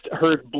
heard